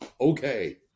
okay